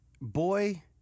Boy